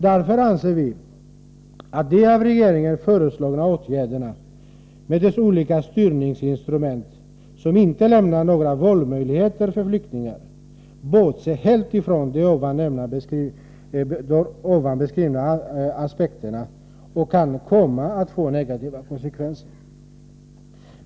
Därför anser vi att regeringen när det gäller de föreslagna åtgärderna med sina olika styrningsinstrument, som inte lämnar några valmöjligheter för flyktingar, helt bortser från de nu beskrivna aspekterna, vilket kan medföra negativa konsekvenser.